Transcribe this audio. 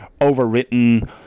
overwritten